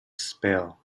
spell